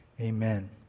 amen